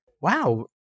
wow